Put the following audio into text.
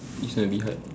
this one a bit hard